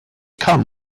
come